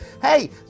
hey